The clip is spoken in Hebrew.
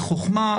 בחוכמה,